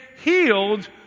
healed